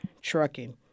trucking